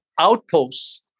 outposts